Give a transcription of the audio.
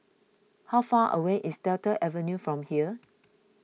how far away is Delta Avenue from here